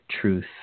truth